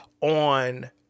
On